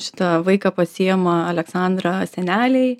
šitą vaiką pasiema aleksandrą seneliai